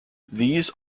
these